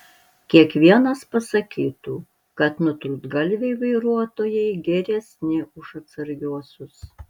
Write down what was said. kiekvienas pasakytų kad nutrūktgalviai vairuotojai geresni už atsargiuosius